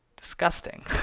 Disgusting